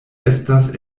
estas